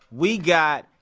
we got,